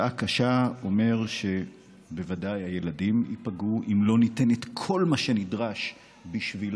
זה אומר שבוודאי הילדים ייפגעו אם לא ניתן את כל מה שנדרש בשבילם.